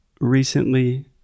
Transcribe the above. recently